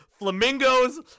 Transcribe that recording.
flamingos